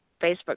Facebook